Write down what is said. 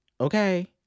okay